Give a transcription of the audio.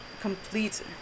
complete